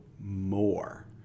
more